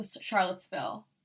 Charlottesville